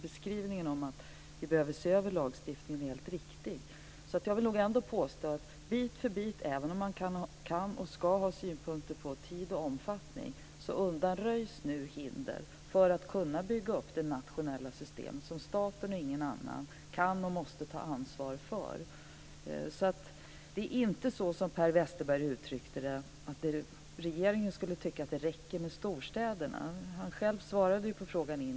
Beskrivningen av att vi behöver se över lagstiftningen är helt riktig. Jag vill nog ändå påstå att bit för bit, även om man kan och ska ha synpunkter på tid och omfattning, undanröjs nu hinder för att kunna bygga upp det nationella system som staten och ingen annan kan och måste ta ansvar för. Det är inte som Per Westerberg uttryckte det att regeringen skulle tycka att det räcker med storstäderna. Han svarade själv indirekt på frågan.